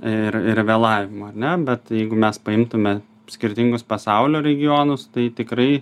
ir ir vėlavimo ar ne bet jeigu mes paimtume skirtingus pasaulio regionus tai tikrai